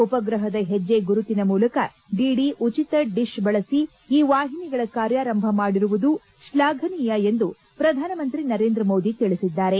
ಉಪ್ರಹದ ಹೆಜ್ಜೆ ಗುರುತಿನ ಮೂಲಕ ಡಿಡಿ ಉಚಿತ ಡಿಶ್ ಬಳಸಿ ಈ ವಾಹಿನಿಗಳ ಕಾರ್ಯಾರಂಭ ಮಾಡಿರುವುದು ಶ್ಲಾಫನೀಯ ಎಂದು ಪ್ರಧಾನಮಂತ್ರಿ ನರೇಂದ್ರ ಮೋದಿ ತಿಳಿಸಿದ್ದಾರೆ